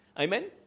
Amen